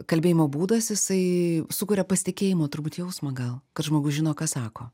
kalbėjimo būdas jisai sukuria pasitikėjimo turbūt jausmą gal kad žmogus žino ką sako